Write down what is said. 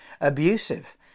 abusive